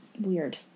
weird